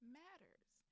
matters